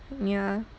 ya